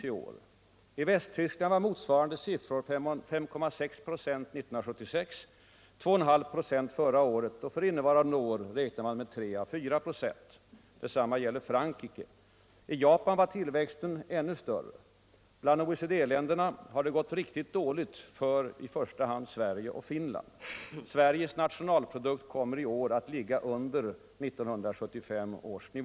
I Västtyskland var motsvarande siffror 3,6 26 år 1976, 2,5 26 förra året, och innevarande år räknar man med 3-4 96. Detsamma gäller Frankrike. I Japan var tillväxten ännu större. Bland OECD-länderna har det gått riktigt dåligt för i första hand Sverige och Finland. Sveriges nationalprodukt kommer i år att ligga under 1975 års nivå.